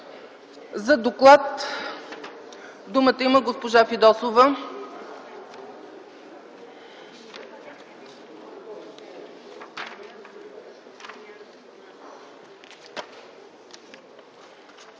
За доклад думата има госпожа Фидосова.